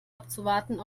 abzuwarten